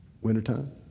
Wintertime